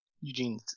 eugene